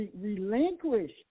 relinquish